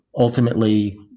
ultimately